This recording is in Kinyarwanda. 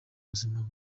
buzima